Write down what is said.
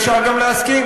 אפשר גם להסכים,